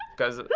cause